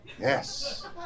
Yes